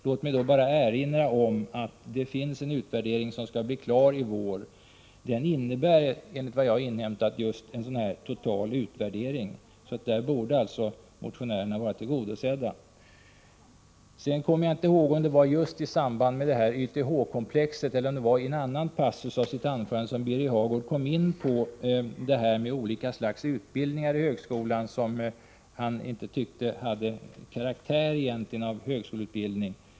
Låt mig bara erinra om att det pågår en utvärdering som skall bli klar i vår. Enligt vad jag har inhämtat är detta fråga om en total översyn. Motionärernas krav torde alltså vara tillgodosedda. Jag kommer inte ihåg om det var just i samband med YTH-komplexet eller om det var i en annan passus av sitt anförande som Birger Hagård kom in på frågan om olika slags utbildningar inom högskolan, vilka han inte tyckte egentligen hade karaktär av högskoleutbildning.